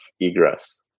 egress